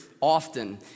often